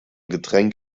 getränk